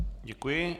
Děkuji.